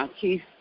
Keith